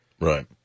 Right